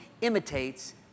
imitates